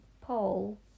Paul